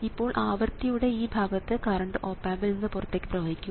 ഇപ്പോൾ ആവൃത്തിയുടെ ഈ ഭാഗത്ത് കറണ്ട് ഓപ് ആമ്പിൽ നിന്ന് പുറത്തേക്ക് പ്രവഹിക്കും